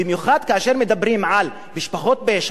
במיוחד כאשר מדברים על משפחות פשע,